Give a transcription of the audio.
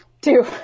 Two